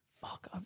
Fuck